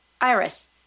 Iris